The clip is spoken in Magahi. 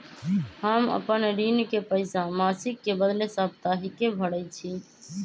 हम अपन ऋण के पइसा मासिक के बदले साप्ताहिके भरई छी